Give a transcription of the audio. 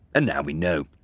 and now we know.